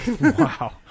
wow